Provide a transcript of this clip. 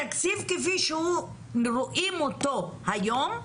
התקציב כפי שרואים אותו היום,